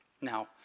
Now